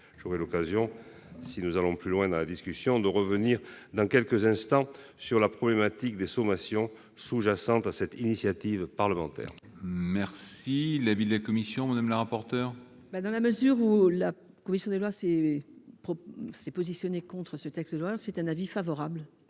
J'aurai l'occasion, si nous allons plus loin dans la discussion, de revenir dans quelques instants sur la problématique des sommations, sous-jacente à cette initiative parlementaire. Quel est l'avis de la commission ? Dans la mesure où la commission des lois s'est prononcée contre la proposition de loi, l'avis est favorable